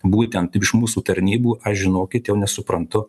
būtent iš mūsų tarnybų aš žinokit jau nesuprantu